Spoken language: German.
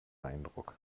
eindruck